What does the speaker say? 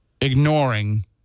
ignoring